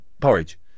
porridge